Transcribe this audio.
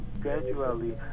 gradually